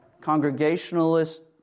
Congregationalist